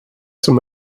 som